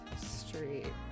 street